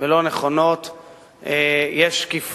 אני חייב